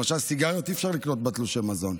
למשל סיגריות אי-אפשר לקנות בתלושי המזון,